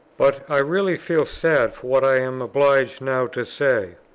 but i really feel sad for what i am obliged now to say.